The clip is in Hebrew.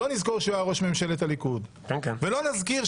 לא נזכור שהוא היה ראש ממשלת הליכוד.